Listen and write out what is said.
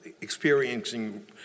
experiencing